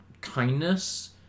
kindness